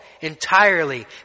entirely